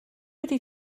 wedi